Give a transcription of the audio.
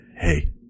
hey